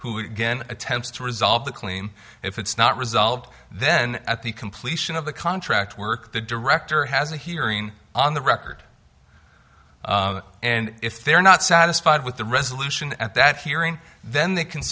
again attempts to resolve the claim if it's not resolved then at the completion of the contract work the director has a hearing on the record and if they're not satisfied with the resolution at that hearing then they can